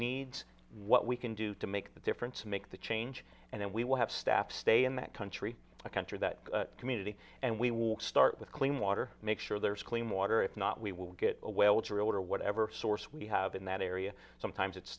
needs what we can do to make that difference make the change and then we will have staff stay in that country a country that community and we will start with clean water make sure there's clean water if not we will get a whale to reorder whatever source we have in that area sometimes it's